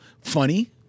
funny